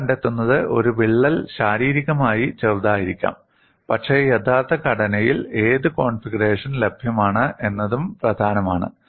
നിങ്ങൾ കണ്ടെത്തുന്നത് ഒരു വിള്ളൽ ശാരീരികമായി ചെറുതായിരിക്കാം പക്ഷേ യഥാർത്ഥ ഘടനയിൽ ഏത് കോൺഫിഗറേഷൻ ലഭ്യമാണ് എന്നതും പ്രധാനമാണ്